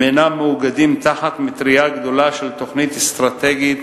אינם מאוגדים תחת מטרייה גדולה של תוכנית אסטרטגית